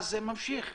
זה ממשיך.